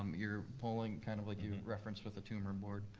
you're polling, kind of like your reference with the tumor board,